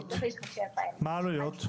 מה העלויות?